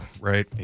right